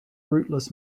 rootless